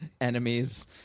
enemies